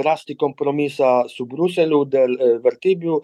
rasti kompromisą su briuseliu dėl vertybių